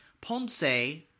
Ponce